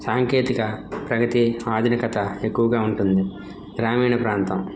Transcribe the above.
సాంకేతిక ప్రగతి ఆధునికత ఎక్కువగా ఉంటుంది గ్రామీణ ప్రాంతం